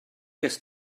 ges